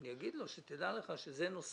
אני אגיד לו: דע לך שזה נושא